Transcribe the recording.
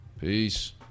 peace